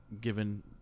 given